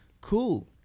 cool